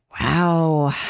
Wow